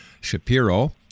Shapiro